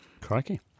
Crikey